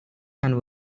and